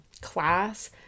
class